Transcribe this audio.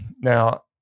Now